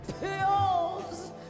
pills